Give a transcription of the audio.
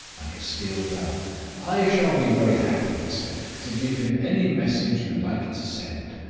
like a steel bell i shall be very happy, he said, to give him any message you like to send.